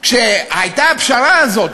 כשהייתה הפשרה הזאת,